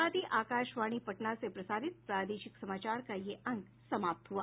इसके साथ ही आकाशवाणी पटना से प्रसारित प्रादेशिक समाचार का ये अंक समाप्त हुआ